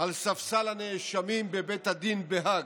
על ספסל הנאשמים בבית הדין בהאג.